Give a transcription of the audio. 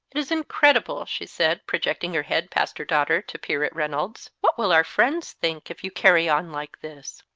it is incredible, she said, projecting her head past her daughter to peer at reynolds. what will our friends think, if you carry on like this?